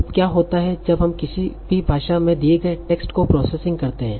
तब क्या होता है जब हम किसी भी भाषा में दिए गए टेक्स्ट को प्रिप्रोसेसिंग करते है